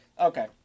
Okay